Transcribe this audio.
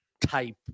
type